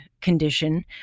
condition